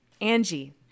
Angie